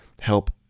help